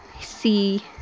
see